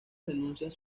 denuncias